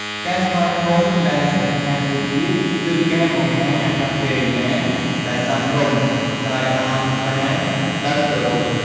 ការស្វាគមន៍ដែលសំខាន់មួយទៀត គឺការបង្ហាញអាកប្បកិរិយាដែលសមរម្យ ដោយឱនក្បាលដោយគោរព។